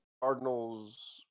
Cardinals